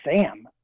Sam